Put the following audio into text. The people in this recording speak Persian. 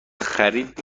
خرید